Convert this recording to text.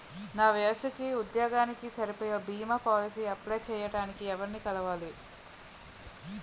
నా వయసుకి, ఉద్యోగానికి సరిపోయే భీమా పోలసీ అప్లయ్ చేయటానికి ఎవరిని కలవాలి?